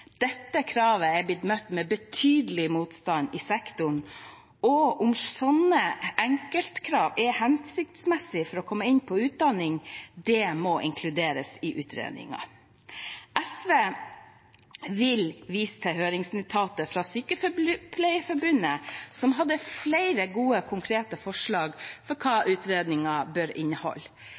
Dette kravet er blitt møtt med betydelig motstand i sektoren, og om sånne enkeltkrav er hensiktsmessig for å komme inn på utdanning, må inkluderes i utredningen. SV vil vise til høringsnotatet fra Sykepleierforbundet, som hadde flere gode konkrete forslag til hva utredningen bør